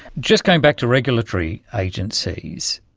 just going back to regulatory agencies,